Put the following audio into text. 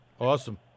Awesome